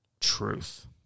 truth